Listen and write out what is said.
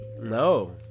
No